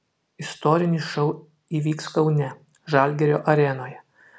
istorinis šou įvyks kaune žalgirio arenoje